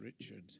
Richard